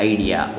Idea